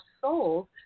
souls